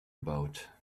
about